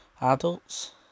adults